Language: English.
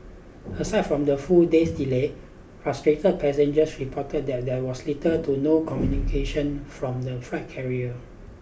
aside from the full day's delay frustrated passengers reported that there was little to no communication from the flight carrier